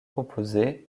composés